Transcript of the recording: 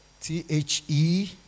T-H-E